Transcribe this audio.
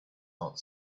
not